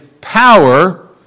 power